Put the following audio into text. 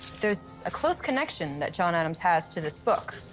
there's a close connection that john adams has to this book.